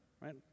right